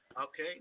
Okay